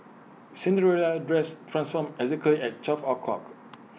Cinderella's dress transformed exactly at twelve o'clock